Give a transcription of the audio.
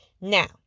Now